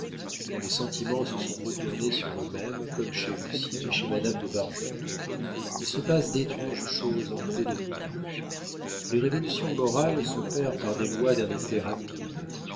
quand les sentiments se sont retournés sur eux-mêmes comme chez lucien et chez madame de bargeton il se passe d'étranges choses en peu de temps les révolutions morales s'opèrent par des lois d'un effet rapide